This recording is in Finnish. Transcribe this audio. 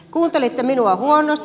kuuntelitte minua huonosti